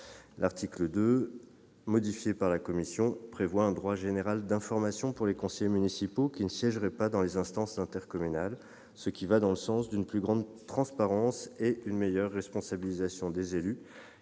qui a été modifié par la commission des lois, tend à prévoir un droit général d'information pour les conseillers municipaux ne siégeant pas dans les instances intercommunales, ce qui va dans le sens d'une plus grande transparence et d'une meilleure responsabilisation des élus